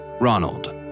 Ronald